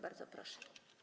Bardzo proszę.